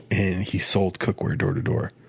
and he sold cookware door to door.